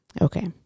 Okay